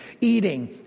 eating